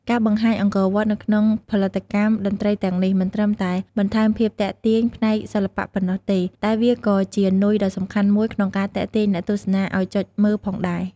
ការបង្ហាញអង្គរវត្តនៅក្នុងផលិតកម្មតន្ត្រីទាំងនេះ មិនត្រឹមតែបន្ថែមភាពទាក់ទាញផ្នែកសិល្បៈប៉ុណ្ណោះទេ តែវាក៏ជានុយដ៏សំខាន់មួយក្នុងការទាក់ទាញអ្នកទស្សនាឲ្យចុចមើលផងដែរ។